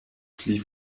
pli